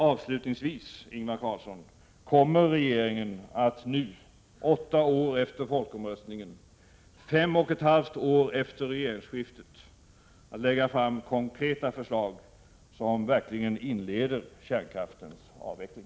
Avslutningsvis, Ingvar Carlsson: Kommer regeringen nu, åtta år efter folkomröstningen, fem och ett halvt år efter regeringsskiftet, att lägga fram konkreta förslag som verkligen inleder kärnkraftens avveckling?